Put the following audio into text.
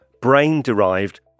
brain-derived